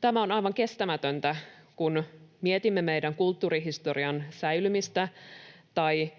Tämä on aivan kestämätöntä, kun mietimme meidän kulttuurihistorian säilymistä tai